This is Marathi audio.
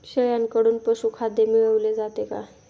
शेळ्यांकडून पशुखाद्य मिळवले जाते का?